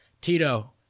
Tito